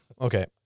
Okay